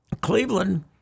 Cleveland—